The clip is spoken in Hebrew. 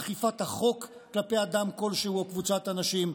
אכיפת החוק כלפי אדם כלשהו או קבוצת אנשים,